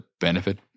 benefit